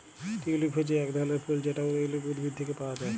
tulip হচ্যে এক ধরলের ফুল যেটা টিউলিপ উদ্ভিদ থেক্যে পাওয়া হ্যয়